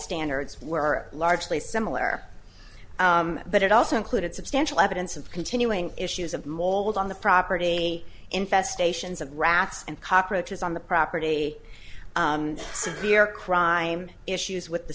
standards were largely similar but it also included substantial evidence of continuing issues of mold on the property infestations of rats and cockroaches on the property severe crime issues with the